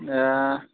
हँ